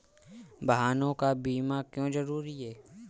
वाहनों का बीमा क्यो जरूरी है?